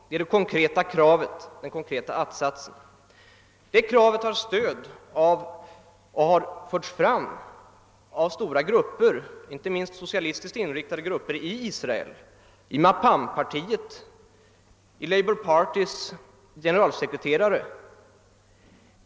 Det är det konkreta kravet och det har stöd av och har förts fram av stora grupper, inte minst socialistiskt inriktade, i Israel, av Mapam-partiet och av labour party's generalsekretetare.